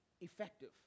effective